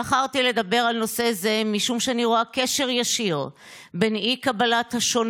בחרתי לדבר על נושא זה משום שאני רואה קשר ישיר בין אי-קבלת השונה